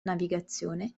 navigazione